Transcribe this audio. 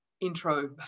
intro